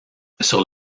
sur